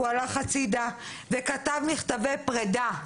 הוא הלך הצידה וכתב מכתבי פרידה.